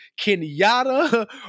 Kenyatta